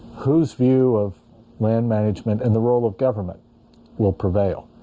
whose view of land management and the role of government will prevail?